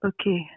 okay